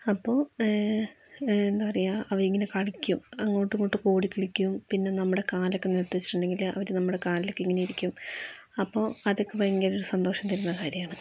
അപ്പോൾ എന്താ പറയുക അവരിങ്ങനെ കളിക്കും അങ്ങോട്ടും ഇങ്ങോട്ടുമൊക്കെ ഓടിക്കളിക്കും പിന്നെ നമ്മുടെ കാലൊക്കെ നിലത്ത് വെച്ചിട്ടുണ്ടെങ്കിൽ അവർ നമ്മുടെ കാലിലൊക്കെ ഇങ്ങനെയിരിക്കും അപ്പോൾ അതൊക്കെ ഭയങ്കര ഒരു സന്തോഷം തരുന്ന കാര്യമാണ്